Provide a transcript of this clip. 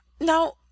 Now